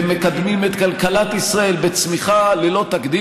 ומקדמים את כלכלת ישראל בצמיחה ללא תקדים.